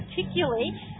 particularly